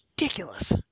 ridiculous